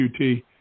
QT